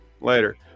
Later